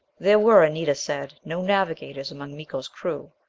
there were, anita said, no navigators among miko's crew.